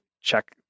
check